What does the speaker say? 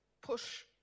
push